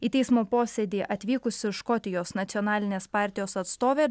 į teismo posėdį atvykusi škotijos nacionalinės partijos atstovė